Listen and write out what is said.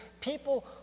people